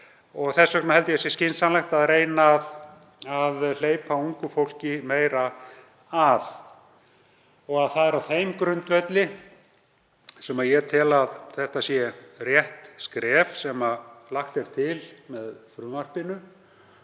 Þess vegna held ég að skynsamlegt sé að reyna að hleypa ungu fólki meira að. Það er á þeim grundvelli sem ég tel að það sé rétt skref sem lagt er til með frumvarpinu